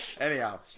Anyhow